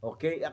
Okay